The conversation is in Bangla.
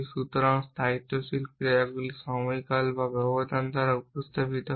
সুতরাং স্থায়িত্বশীল ক্রিয়াগুলি সময়কাল বা ব্যবধান দ্বারা উপস্থাপিত হয়